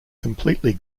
completely